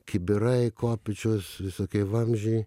kibirai kopėčios visokie vamzdžiai